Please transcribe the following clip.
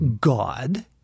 God